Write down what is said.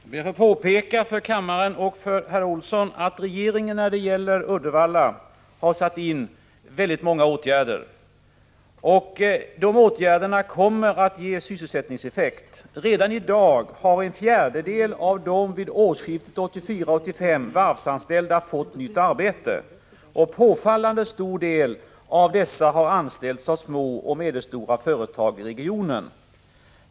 Herr talman! Jag ber att få påpeka för kammaren och för herr Olsson att regeringen när det gäller Uddevalla har satt in väldigt många åtgärder. De åtgärderna kommer att ge sysselsättningseffekt. Redan i dag har en fjärdedel av dem som vid årsskiftet 1984-1985 var varvsanställda fått nytt arbete. Påfallande stor andel av dessa har anställts av små och medelstora företag i regionen.